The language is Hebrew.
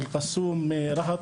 מאלקסום ומרהט,